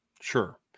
Sure